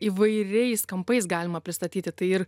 įvairiais kampais galima pristatyti tai ir